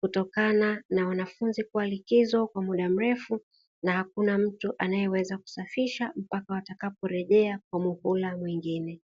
kutokana na wanafunzi kuwa likizo kwa muda mrefu na hakuna mtu anayeweza kusafisha mpaka watakaporejea kwa muhula mwingine.